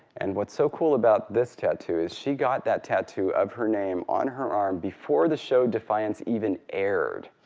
and what's so cool about this tattoo is she got that tattoo of her name on her arm before the show defiance even aired.